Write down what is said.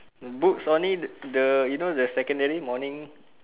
books only the you know the secondary morning